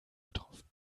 getroffen